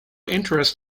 interest